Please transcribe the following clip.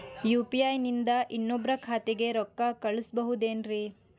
UPI ನಿಂದ ಇನ್ನೊಬ್ರ ಖಾತೆಗೆ ರೊಕ್ಕ ಕಳ್ಸಬಹುದೇನ್ರಿ?